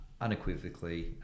unequivocally